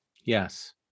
Yes